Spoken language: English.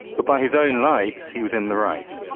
but by his own lights he was in the right.